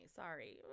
sorry